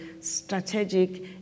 strategic